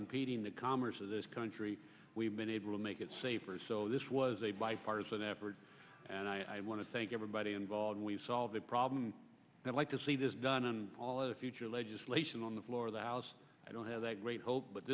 impeding the commerce of this country we've been able to make it safer so this was a bipartisan effort and i want to thank everybody involved we solve the problem i'd like to see this done and all of the future legislation on the floor of the house i don't have great hope